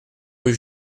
rue